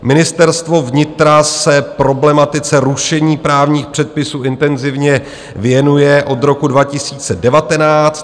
Ministerstvo vnitra se problematice rušení právních předpisů intenzivně věnuje od roku 2019.